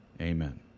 amen